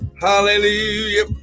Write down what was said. Hallelujah